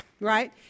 right